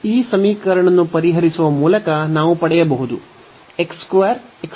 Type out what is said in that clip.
ಈ ಸಮೀಕರಣವನ್ನು ಪರಿಹರಿಸುವ ಮೂಲಕ ನಾವು ಪಡೆಯಬಹುದು